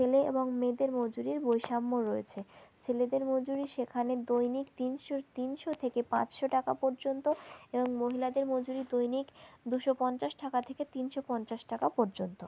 ছেলে এবং মেয়েদের মজুরির বৈষম্য রয়েছে ছেলেদের মজুরি সেখানে দৈনিক তিনশো তিনশো থেকে পাঁচশো টাকা পর্যন্ত এবং মহিলাদের মজুরি দৈনিক দুশো পঞ্চাশ টাকা থেকে তিনশো পঞ্চাশ টাকা পর্যন্ত